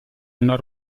una